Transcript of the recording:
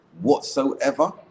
whatsoever